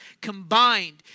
combined